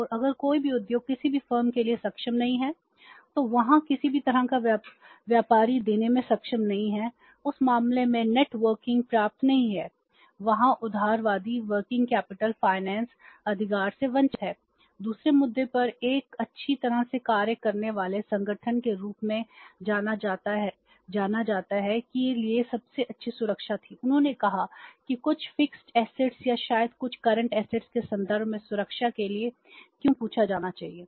और अगर कोई भी उद्योग किसी भी फर्म के लिए सक्षम नहीं है तो वहां किसी भी तरह का व्यापारी देने में सक्षम नहीं है उस मामले में नेटवर्किंग पर्याप्त नहीं है वहाँ उदारवादी वर्किंग कैपिटल फाइनेंसके संदर्भ में सुरक्षा के लिए क्यों पूछा जाना चाहिए